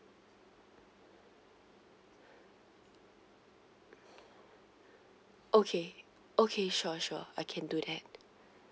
okay okay sure sure I can do that